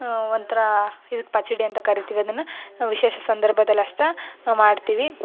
ಒಂಥರಾ ಇದ್ಕೆ ಪಚಡಿ ಅಂತ ಕರಿತೀವಿ ಅದನ್ನು ವಿಶೇಷ ಸಂದರ್ಭದಲ್ ಅಷ್ಟೇ ಮಾಡ್ತೀವಿ